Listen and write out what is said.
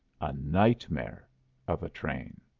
a nightmare of a train.